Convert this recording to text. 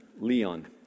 Leon